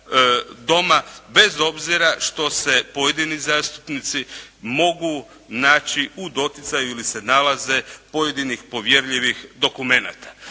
bez obzira što se pojedini zastupnici mogu naći u doticaju ili se nalaze pojedinih povjerljivih dokumenata.